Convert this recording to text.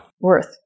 worth